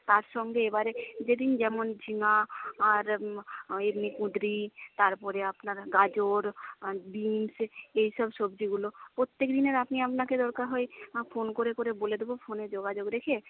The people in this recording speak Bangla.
তার সঙ্গে এবারে যেদিন যেমন ঝিঙা আর ওই কুঁদ্রি তারপরে আপনারা গাজর বিনস এইসব সবজিগুলো প্রত্যেকদিনের আমি আপনাকে দরকার হয় ফোন করে করে বলে দেব ফোনে যোগাযোগ রেখে